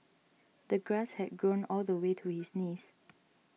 the grass had grown all the way to his knees